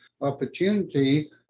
opportunity